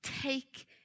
take